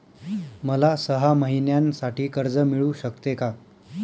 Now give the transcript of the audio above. मला सहा महिन्यांसाठी कर्ज मिळू शकते का?